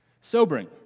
Sobering